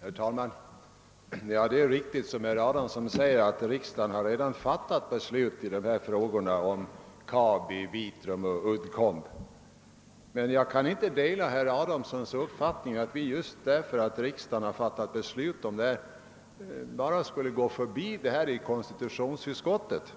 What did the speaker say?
Herr talman! Det är riktigt som herr Adamsson säger att riksdagen redan har fattat beslut i fråga om Kabi, Vitrum och Uddcomb. Men jag kan inte dela herr Adamssons uppfattning att vi fördenskull skall gå förbi dessa frågor i konstitutionsutskottet.